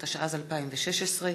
התשע"ז,2016,